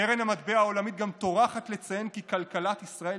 קרן המטבע העולמית גם טורחת לציין כי כלכלת ישראל